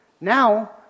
Now